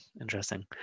Interesting